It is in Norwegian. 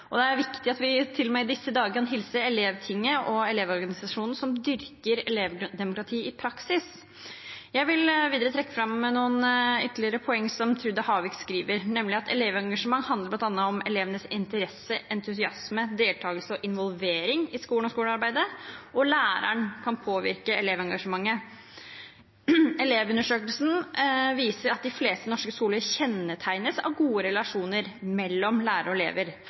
Det er viktig at vi i disse dager til og med kan hilse Elevtinget og Elevorganisasjonen, som dyrker elevdemokratiet i praksis. Jeg vil videre trekke fram noen ytterligere poeng som Trude Havik skriver om, nemlig: «Elevengasjement handler blant annet om elevenes interesse, entusiasme, deltakelse og involvering i skolen og i skolearbeidet. Læreren kan påvirke elevengasjement.» Elevundersøkelsen viser at de fleste norske skoler kjennetegnes av gode relasjoner mellom lærere og elever.